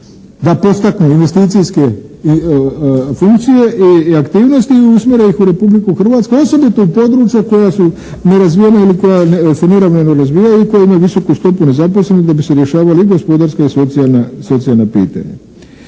da postaknu investicijske funkcije i aktivnosti i usmjere ih u Republiku Hrvatsku osobito u područja koja su nerazvijena ili koja se nedovoljno razvijaju i koje imaju visoku stopu nezaposlenih da bi se rješavala i gospodarska i socijalna pitanja.